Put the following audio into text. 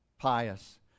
Pious